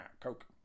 Coke